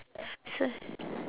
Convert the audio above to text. so